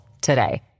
today